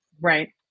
Right